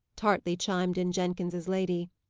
tartly chimed in jenkins's lady.